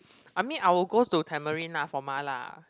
I mean I will go to Tamarind lah for mala